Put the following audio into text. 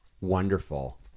wonderful